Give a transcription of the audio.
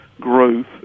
growth